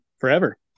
forever